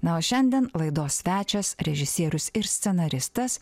na o šiandien laidos svečias režisierius ir scenaristas